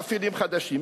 מפעילים חדשים,